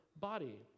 body